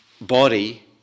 body